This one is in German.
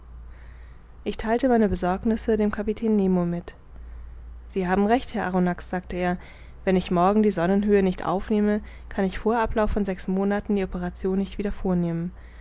ich theilte meine besorgnisse dem kapitän nemo mit sie haben recht herr arronax sagte er wenn ich morgen die sonnenhöhe nicht aufnehme kann ich vor ablauf von sechs monaten die operation nicht wieder